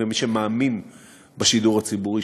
ומאמין בשידור הציבורי,